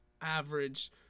average